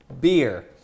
beer